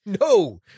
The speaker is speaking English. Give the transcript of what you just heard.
no